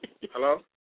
hello